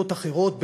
בדתות אחרות,